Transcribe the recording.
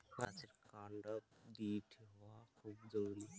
গাছের কান্ড দৃঢ় হওয়া খুব জরুরি